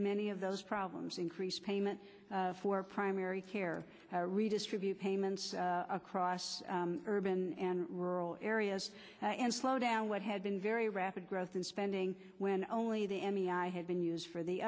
many of those problems increase payment for primary care redistribute payments across urban and rural areas and slow down what had been very rapid growth in spending when only the m e i had been use for the